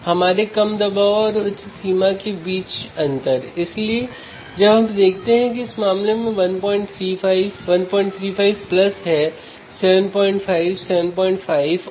frequency एक kilohertz पर set की जाती है